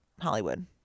Hollywood